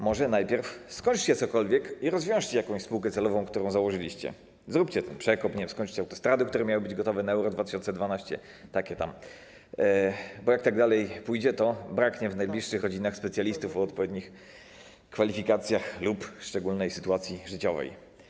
Może najpierw skończcie cokolwiek i rozwiążcie jakąś spółkę celową, którą założyliście, zróbcie ten przekop, nie wiem, skończcie autostrady, które miały być gotowe na Euro 2012, takie tam, bo jak tak dalej pójdzie, to braknie w najbliższych rodzinach specjalistów o odpowiednich kwalifikacjach lub szczególnej sytuacji życiowej.